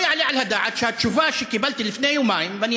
לא יעלה על הדעת שהתשובה שקיבלתי לפני יומיים: